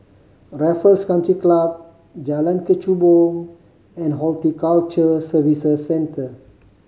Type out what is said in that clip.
Raffles Country Club Jalan Kechubong and Horticulture Services Centre